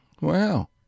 Wow